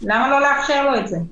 למה לא לאפשר לו את זה?